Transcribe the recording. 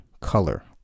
color